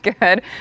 good